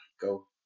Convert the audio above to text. go